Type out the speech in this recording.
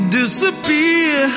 disappear